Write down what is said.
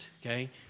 okay